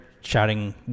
shouting